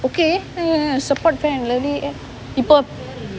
okay support Fair & Lovely advertisement people